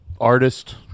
artist